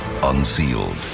Unsealed